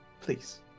please